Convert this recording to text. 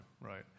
right